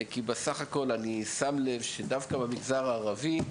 כי בסך הכול אני שם לב שדווקא במגזר הערבי,